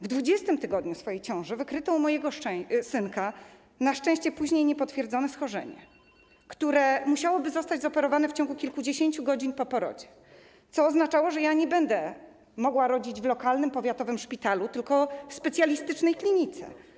W 20. tygodni mojej ciąży wykryto u mojego synka na szczęście później niepotwierdzone schorzenie, które musiałoby zostać zoperowane w ciągu kilkudziesięciu godzin po porodzie, co oznaczało, że nie będę mogła rodzić w lokalnym, powiatowym szpitalu, tylko w specjalistycznej klinice.